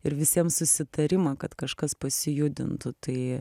ir visiems susitarimą kad kažkas pasijudintų tai